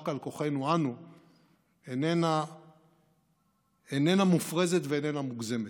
על כוחנו שלנו איננה מופרזת ואיננה מוגזמת.